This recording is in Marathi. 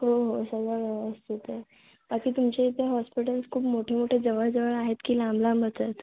हो हो सगळं व्यवस्थित आहे बाकी तुमच्या इथे हॉस्पिटल्स खूप मोठेमोठे जवळजवळ आहेत की लांब लांबच आहेत